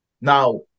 Now